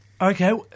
Okay